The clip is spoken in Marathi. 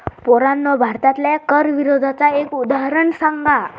पोरांनो भारतातल्या कर विरोधाचा एक उदाहरण सांगा